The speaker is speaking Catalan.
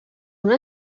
una